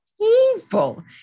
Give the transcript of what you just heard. painful